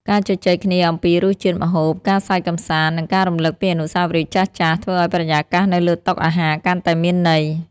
ការជជែកគ្នាអំពីរសជាតិម្ហូប ការសើចកម្សាន្ត និងការរំលឹកពីអនុស្សាវរីយ៍ចាស់ៗ ធ្វើឱ្យបរិយាកាសនៅលើតុអាហារកាន់តែមានន័យ។